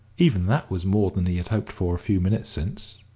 even that was more than he had hoped for a few minutes since.